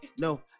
No